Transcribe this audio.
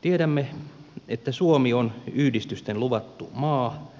tiedämme että suomi on yhdistysten luvattu maa